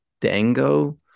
Dango